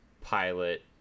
pilot